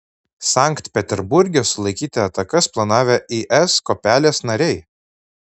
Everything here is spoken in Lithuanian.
sankt peterburge sulaikyti atakas planavę is kuopelės nariai